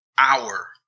Hour